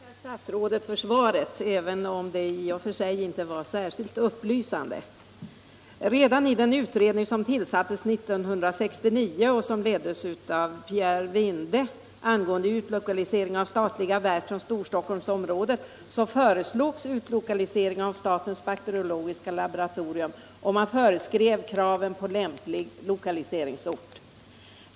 Herr talman! Jag tackar statsrådet för svaret, även om det i och för sig inte var så upplysande. Redan i den utredning som tillsattes 1969 och som leddes av Pierre Vinde, angående utlokalisering av statliga verk från Storstockholmsområdet, föreslogs utlokalisering av statens bakteriologiska laboratorium, och man föreskrev kraven på lämplig lokaliseringsort.